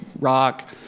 rock